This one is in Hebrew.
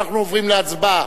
אנחנו עוברים להצבעה.